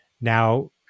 Now